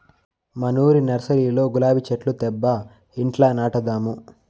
మనూరి నర్సరీలో గులాబీ చెట్లు తేబ్బా ఇంట్ల నాటదాము